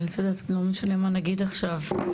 אבל לא משנה מה נגיד עכשיו.